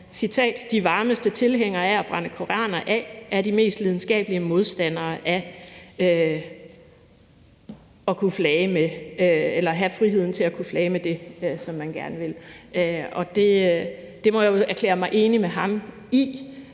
de varmeste tilhængere af at brænde koraner af er de mest lidenskabelige modstandere af at have friheden til at kunne flage med det, som man gerne vil. Det må jeg jo erklære mig enig med ham i,